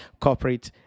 corporate